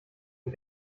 die